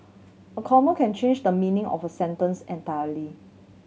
a comma can change the meaning of a sentence entirely